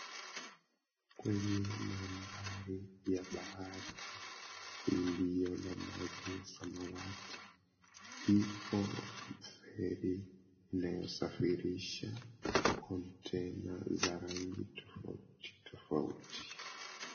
Kwenye mandhari ya bahari iliyo na maji ya samawati, ipo feri inayosafirisha kontena za rangi tofauti tofauti.